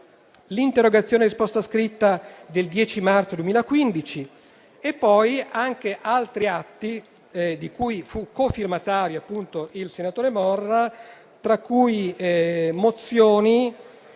l'interrogazione a risposta scritta del 10 marzo 2015, e altri atti di cui fu cofirmatario il senatore Morra, tra cui mozioni